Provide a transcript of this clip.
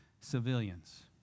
civilians